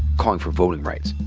calling for voting rights.